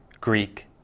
Greek